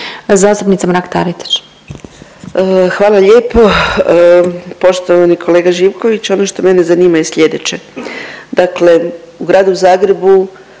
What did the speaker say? Anka (GLAS)** Hvala lijepo. Poštovani kolega Živković ono što mene zanima je sljedeće. Dakle, u gradu Zagrebu